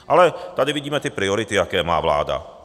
Ale tady vidíme ty priority, jaké má vláda.